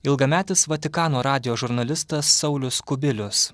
ilgametis vatikano radijo žurnalistas saulius kubilius